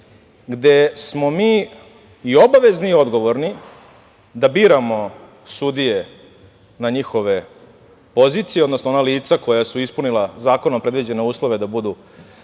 gde smo mi i obavezni i odgovorni da biramo sudije na njihove pozicije, odnosno ona lica koja su ispunila zakonom predviđene uslove da budu